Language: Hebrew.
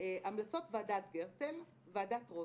המלצות ועדת גרסטל וועדת רוטקופף,